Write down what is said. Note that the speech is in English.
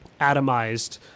atomized